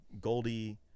Goldie